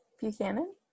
Buchanan